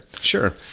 Sure